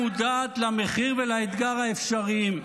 הייתה מודעת למחיר ולאתגר האפשריים.